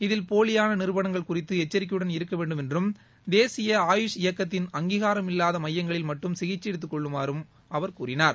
இதில் போலியான நிறுவனங்கள் குறித்து எச்சரிக்கையுடன் இருக்க வேண்டும் என்றும் தேசிய ஆயுஷ் இயக்கத்தின் அங்கீகாரம் இல்லாத மையங்களில் மட்டும் சிகிச்கை எடுத்துக் கொள்ளுமாறும் கூறினார்